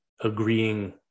agreeing